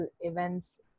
events